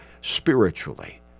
spiritually